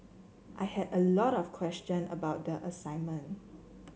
I had a lot of question about the assignment